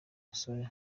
musore